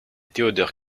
theodor